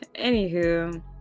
anywho